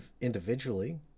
individually